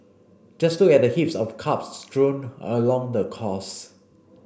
just look at the heaps of cups strewn along the course